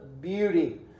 beauty